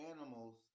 animals